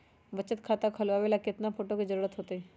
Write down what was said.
बचत खाता खोलबाबे ला केतना फोटो के जरूरत होतई?